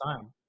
time